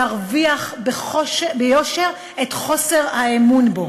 ירוויח ביושר את חוסר האמון בו.